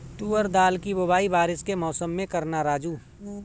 तुवर दाल की बुआई बारिश के मौसम में करना राजू